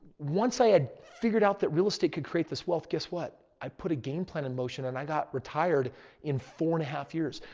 once i had figured out that real estate could create this wealth, guess what? i put a game plan in motion and i got retired in four and a half years.